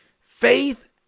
Faith